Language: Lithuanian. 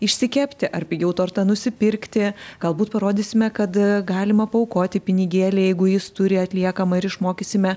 išsikepti ar pigiau tortą nusipirkti galbūt parodysime kad galima paaukoti pinigėlį jeigu jis turi atliekamą ir išmokysime